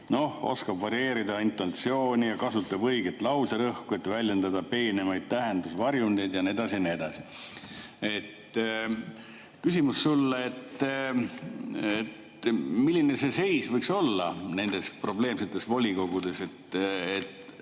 oskab varieerida intonatsiooni ja kasutab õiget lauserõhku, et väljendada peenemaid tähendusvarjundeid, ja nii edasi, ja nii edasi. Küsimus sulle. Milline seis võiks olla nendes probleemsetes volikogudes?